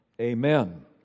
amen